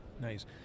Nice